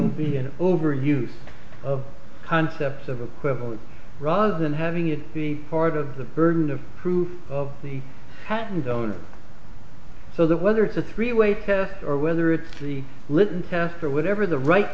will be an over use of concepts of equivalent rather than having it be part of the burden of proof of the patent owner so that whether it's a three way test or whether it's the litmus test or whatever the right